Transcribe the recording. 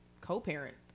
co-parent